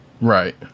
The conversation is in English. Right